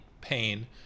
pain